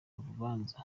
rubanza